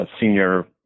senior